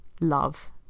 love